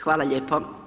Hvala lijepo.